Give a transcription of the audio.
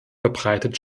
verbreitet